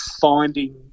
finding